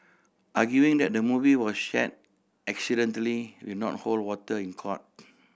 arguing that the movie was share accidentally will not hold water in court